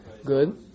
Good